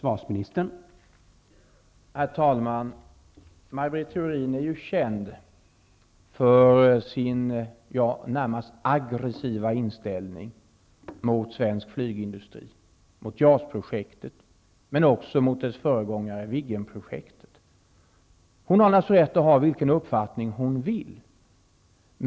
Herr talman! Maj Britt Theorin är känd för sin närmast aggressiva inställning mot svensk flygindustri och JAS-projektet, men också mot dess föregångare Viggen-projektet. Maj Britt Theorin har naturligtvis rätt att ha vilken uppfattning hon vill.